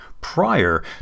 prior